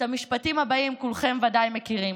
את המשפטים הבאים כולכם ודאי מכירים: